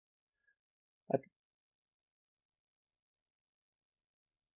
I